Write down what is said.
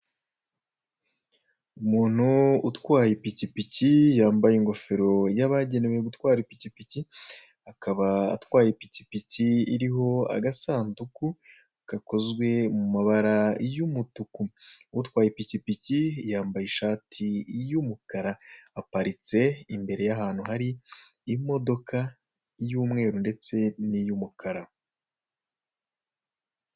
Umuntu utwaye ipikipiki yambaye ingofero y'abagenewe gutwara ipikipiki, akaba atwaye ipikipiki iriho agasanduku gakozwe mu mabara y'umutuku, utwaye ipikipiki yambaye ishati y'umukara, aparitse imbere y'ahantu hari imodoka y'umweru ndetse n'iy'umukara.